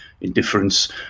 indifference